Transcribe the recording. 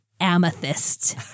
amethyst